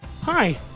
Hi